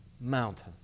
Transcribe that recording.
mountain